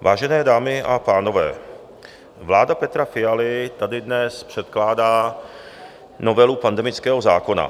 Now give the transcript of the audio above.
Vážené dámy a pánové, vláda Petra Fialy tady dnes předkládá novelu pandemického zákona.